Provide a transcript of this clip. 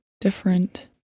different